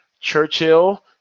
Churchill